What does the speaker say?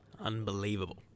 Unbelievable